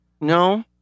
No